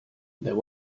there